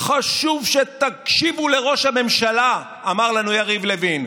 חשוב שתקשיבו לראש הממשלה, אמר לנו יריב לוין.